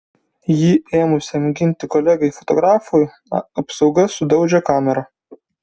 jį ėmusiam ginti kolegai fotografui apsauga sudaužė kamerą